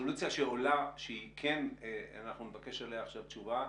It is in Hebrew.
הרזולוציה שעולה שכן נבקש עליה תשובה,